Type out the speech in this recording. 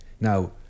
Now